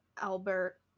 Albert